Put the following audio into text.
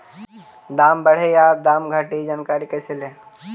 दाम बढ़े या दाम घटे ए जानकारी कैसे ले?